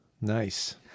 Nice